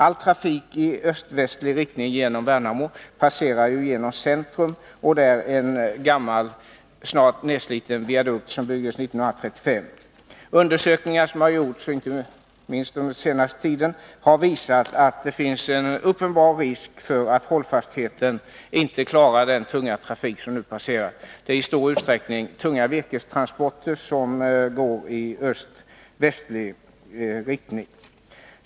All trafik i öst-västlig riktning genom Värnamo passerar genom centrum, och där finns en gammal, snart nedsliten viadukt, som byggdes 1935. Undersökningar som har gjorts, inte minst under den senaste tiden, har visat Nr 101 att det finns en uppenbar risk för att hållfastheten är sådan att viadukten inte Torsdagen den klarar den tunga trafik som nu passerar. Det är i stor utsträckning fråga om 18 mars 1982 tunga virkestransporter, som går i öst-västlig riktning.